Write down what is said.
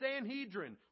Sanhedrin